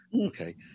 okay